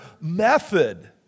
method